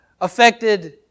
affected